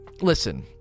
listen